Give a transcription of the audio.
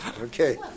Okay